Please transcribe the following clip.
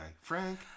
Frank